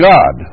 God